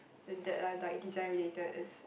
the that are like design related is